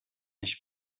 nicht